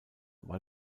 war